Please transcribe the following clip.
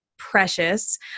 precious